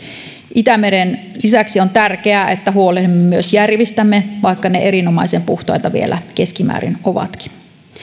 itämeren lisäksi on tärkeää että huolehdimme myös järvistämme vaikka ne erinomaisen puhtaita vielä keskimäärin ovatkin